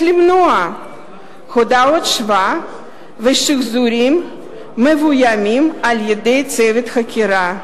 למנוע הודאות שווא ושחזורים מבוימים על-ידי צוות החקירה,